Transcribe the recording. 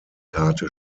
karte